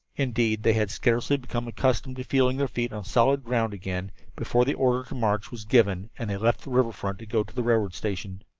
indeed, they had scarcely become accustomed to feeling their feet on solid ground again before the order to march was given, and they left the river front to go to the railroad station.